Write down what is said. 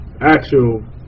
actual